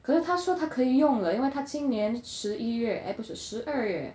可是他说他可以用了因为他今年十一月 eh 不是十二月